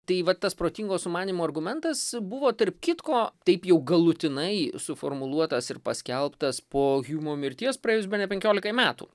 tai vat tas protingo sumanymo argumentas buvo tarp kitko taip jau galutinai suformuluotas ir paskelbtas po hjumo mirties praėjus bene penkiolikai metų